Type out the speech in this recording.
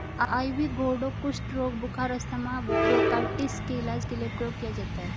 ivy gourd कुष्ठ रोग, बुखार, अस्थमा, ब्रोंकाइटिस के इलाज के लिए प्रयोग किया जाता है